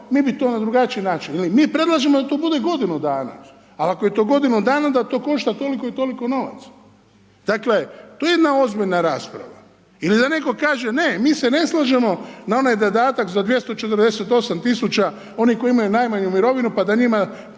mi bi to na drugačiji način ili mi predlažemo da to bude godinu dana ali ako je to godinu dana onda to košta toliko i toliko novaca. Dakle, to je jedna ozbiljna rasprava. Ili da netko kaže ne, mi se ne slažemo na onaj dodatak za 248 000 onih koji imaju najmanju mirovinu pa da njima